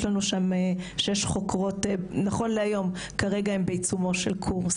נכון להיום יש לנו שש חוקרות שכרגע הן בעיצומו של קורס.